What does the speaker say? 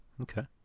Okay